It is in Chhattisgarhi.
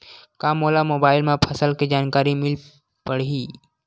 का मोला मोबाइल म फसल के जानकारी मिल पढ़ही?